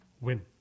win